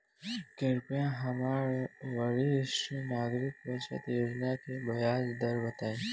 कृपया हमरा वरिष्ठ नागरिक बचत योजना के ब्याज दर बताई